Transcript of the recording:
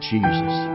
Jesus